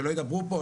שלא ידברו פה?